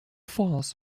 false